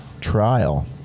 trial